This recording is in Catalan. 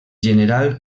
general